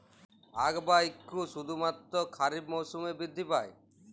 আখ বা ইক্ষু কি শুধুমাত্র খারিফ মরসুমেই বৃদ্ধি পায়?